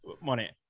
money